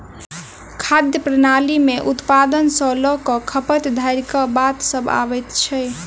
खाद्य प्रणाली मे उत्पादन सॅ ल क खपत धरिक बात सभ अबैत छै